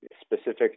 specific